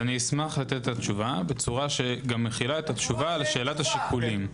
אשמח לתת את התשובה בצורה שגם מכילה את התשובה לשאלת השיקולים.